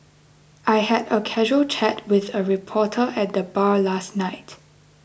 I had a casual chat with a reporter at the bar last night